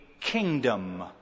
kingdom